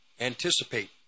Anticipate